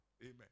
Amen